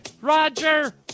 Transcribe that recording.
Roger